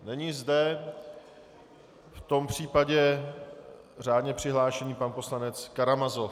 Není zde, v tom případě řádně přihlášený pan poslanec Karamazov.